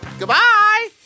Goodbye